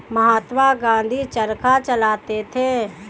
महात्मा गांधी चरखा चलाते थे